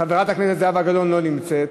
חברת הכנסת זהבה גלאון, לא נמצאת.